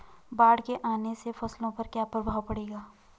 बाढ़ के आने से फसलों पर क्या प्रभाव पड़ेगा?